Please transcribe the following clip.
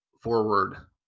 forward